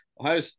ohio